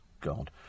God